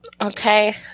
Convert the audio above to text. Okay